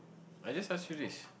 I just ask you this